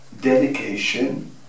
dedication